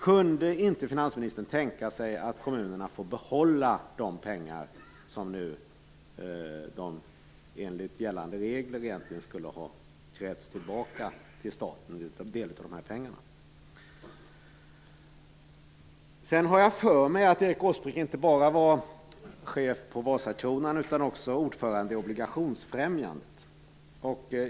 Kunde inte finansministern tänka sig att kommunerna får behålla en del av de pengar som enligt gällande regler egentligen skulle ha krävts tillbaka till staten? Jag har för mig att Erik Åsbrink inte bara var chef på Vasakronan utan också ordförande i Obligationsfrämjandet.